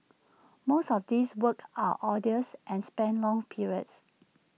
most of these works are arduous and span long periods